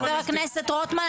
חבר הכנסת רוטמן.